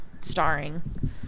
starring